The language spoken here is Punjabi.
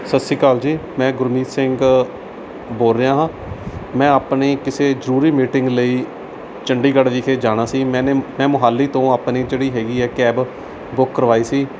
ਸਤਿ ਸ਼੍ਰੀ ਅਕਾਲ ਜੀ ਮੈਂ ਗੁਰਮੀਤ ਸਿੰਘ ਬੋਲ ਰਿਹਾ ਹਾਂ ਮੈਂ ਆਪਣੇ ਕਿਸੇ ਜ਼ਰੂਰੀ ਮੀਟਿੰਗ ਲਈ ਚੰਡੀਗੜ੍ਹ ਵਿਖੇ ਜਾਣਾ ਸੀ ਮੈਨੇ ਮੈਂ ਮੁਹਾਲੀ ਤੋਂ ਆਪਣੇ ਜਿਹੜੀ ਹੈਗੀ ਹੈ ਕੈਬ ਬੁੱਕ ਕਰਵਾਈ ਸੀ